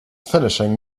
finishing